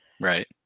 right